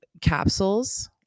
capsules